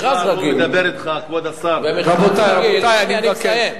הוא מדבר אתך, כבוד השר, רבותי, אני מבקש.